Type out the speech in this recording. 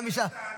--- בבקשה,